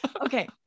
Okay